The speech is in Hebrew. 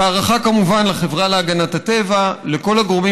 והערכה כמובן לחברה להגנת הטבע ולכל הגורמים